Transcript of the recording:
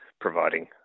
providing